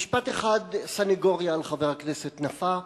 משפט סניגוריה אחד על חבר הכנסת נפאע: